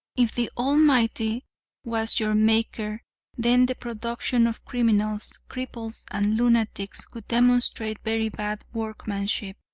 if the almighty was your maker then the production of criminals, cripples and lunatics would demonstrate very bad workmanship,